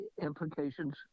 implications